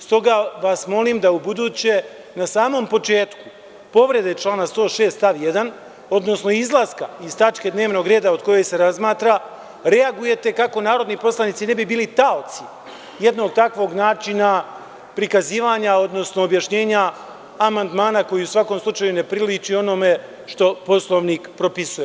Stoga vas molim da ubuduće na samom početku povrede člana 106. stav 1. odnosno izlaska iz tačke dnevnog reda, od koje se razmatra, reagujete kako narodni poslanici ne bi bili taoci jednog takvog načina prikazivanja, odnosno objašnjenja amandmana, koji u svakom slučaju ne priliči onome što Poslovnik propisuje.